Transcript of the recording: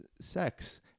sex